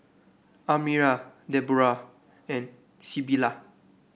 Almyra Debroah and Sybilla